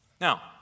Now